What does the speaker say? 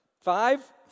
five